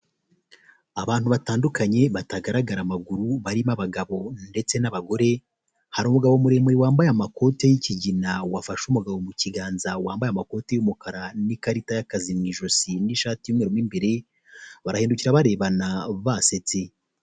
Abantu batandukanye batagaragara amaguru, barimo abagabo ndetse n’abagore. Hari umugabo muremure wambaye amakoti y’kigina, wafashe umugabo mu kiganza wambaye amakoti y’umukara n’ikarita y’akazi mu ijosi n’ishati’umweru mw' imbere. Barahindukira barebana basetse.